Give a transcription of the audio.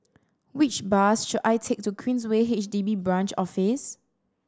which bus should I take to Queensway H D B Branch Office